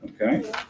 Okay